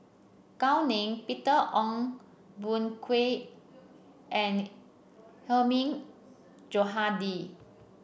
Gao Ning Peter Ong Boon Kwee and the Hilmi Johandi